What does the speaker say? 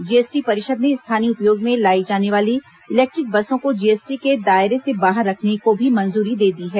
GST परिषद ने स्थानीय उपयोग में लाई जाने वाली इलेक्ट्रिक बसों को जीएसटी के दायरे से बाहर रखने को भी मंजूरी दे दी है